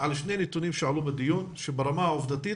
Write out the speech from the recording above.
שעלו בדיון שברמה העובדתית